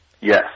Yes